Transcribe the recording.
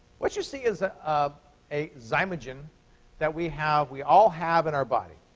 what you see is ah ah a zymogen that we have we all have in our body.